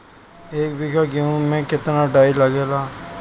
एक बीगहा गेहूं में केतना डाई लागेला?